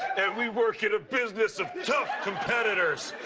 we work in a business of tough competitors.